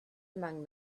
among